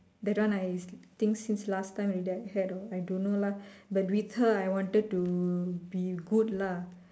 that one I think since last time already I had or I don't know lah but with her I wanted to be good lah